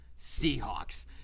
Seahawks